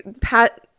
Pat